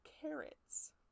Carrots